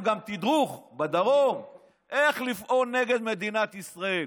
גם תדרוך בדרום איך לפעול נגד מדינת ישראל.